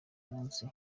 munsi